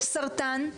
סרטן,